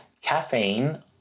Caffeine